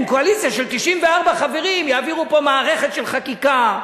עם קואליציה של 94 חברים יעבירו פה מערכת של חקיקה,